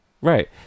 Right